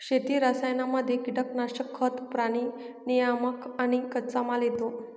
शेती रसायनांमध्ये कीटनाशक, खतं, प्राणी नियामक आणि कच्चामाल येतो